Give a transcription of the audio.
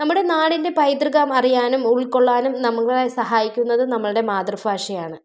നമ്മുടെ നാടിൻ്റെ പൈതൃകം അറിയാനും ഉൾക്കൊള്ളാനും നമ്മളെ സഹായിക്കുന്നത് നമ്മളുടെ മാതൃഫാഷയാണ്